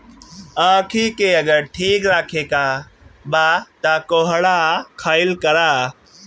आंखी के अगर ठीक राखे के बा तअ कोहड़ा खाइल करअ